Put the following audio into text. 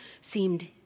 seemed